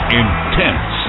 intense